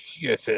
yes